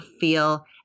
feel